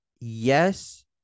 yes